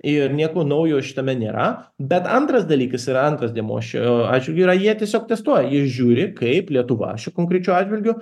ir nieko naujo šitame nėra bet antras dalykas yra antras dėmuo šiuo atžvilgiu yra jie tiesiog testuoja žiūri kaip lietuva šiuo konkrečiu atžvilgiu